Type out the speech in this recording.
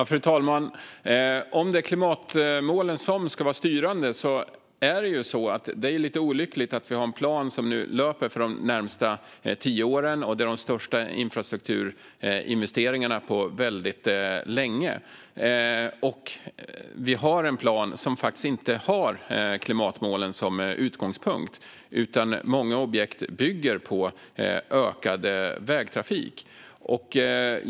Fru talman! Om klimatmålen ska vara styrande är det lite olyckligt att vi nu har en plan som löper för de närmaste tio åren. Och det är de största infrastrukturinvesteringarna på väldigt länge. Vi har en plan som faktiskt inte har klimatmålen som utgångspunkt, utan många objekt bygger på ökad vägtrafik.